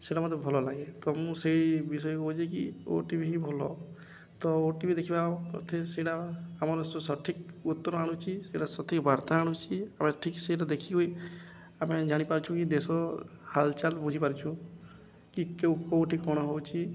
ସେଟା ମୋତେ ଭଲ ଲାଗେ ତ ମୁଁ ସେଇ ବିଷୟ କହୁଛେ କି ଓ ଟିଭି ହିଁ ଭଲ ତ ଓ ଟିଭି ଦେଖିବା ପଥେ ସେଇଟା ଆମର ସଠିକ୍ ଉତ୍ତର ଆଣୁଛି ସେଇଟା ସଠିକ୍ ବାର୍ତ୍ତା ଆଣୁଛି ଆମେ ଠିକ୍ ସେଇଟା ଦେଖିକିି ଆମେ ଜାଣିପାରୁଛୁ କି ଦେଶ ହାଲଚଲ୍ ବୁଝିପାରୁଛୁ କି କୋଉଠି କ'ଣ ହେଉଛି